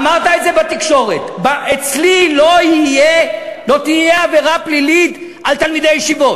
אמרת את זה בתקשורת: אצלי לא תהיה עבירה פלילית על תלמידי ישיבות.